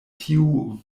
tiu